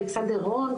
אלכסנדר רון,